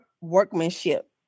workmanship